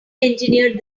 engineered